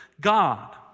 God